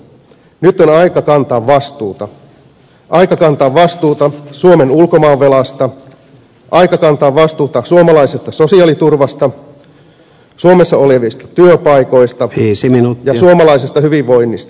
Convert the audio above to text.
nyt on aika kantaa vastuuta aika kantaa vastuuta suomen ulkomaanvelasta aika kantaa vastuuta suomalaisesta sosiaaliturvasta suomessa olevista työpaikoista ja suomalaisesta hyvinvoinnista